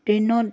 ট্ৰেইনত